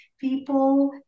people